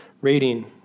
rating